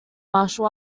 martial